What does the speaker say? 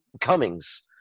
Cummings